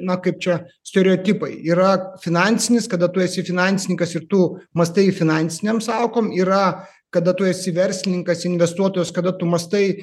na kaip čia stereotipai yra finansinis kada tu esi finansininkas ir tu mąstai finansinėm sąvokom yra kada tu esi verslininkas investuotojas kada tu mąstai